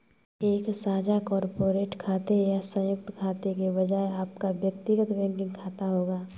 एक साझा कॉर्पोरेट खाते या संयुक्त खाते के बजाय आपका व्यक्तिगत बैंकिंग खाता होगा